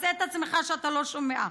תעשה את עצמך שאתה לא שומע.